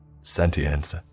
sentience